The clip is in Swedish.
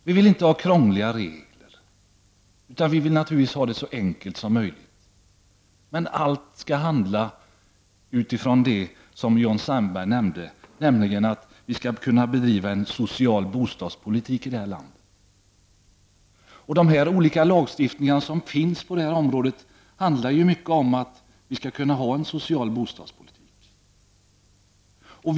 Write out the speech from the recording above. Vi vill inte ha krångliga regler, utan vi vill naturligtvis ha det så enkelt som möjligt. Men allt skall utgå från det som Jan Sandberg nämnde, nämligen att vi skall kunna bedriva en social bostadspolitik i det här landet. De olika lagstiftningar som finns på detta område handlar mycket om att göra det möjligt att bedriva en social bostadspolitik.